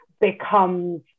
becomes